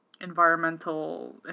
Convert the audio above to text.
environmental